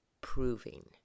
proving